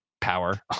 power